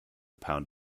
pound